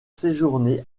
séjourné